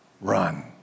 Run